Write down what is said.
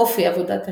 אופי עבודת ה'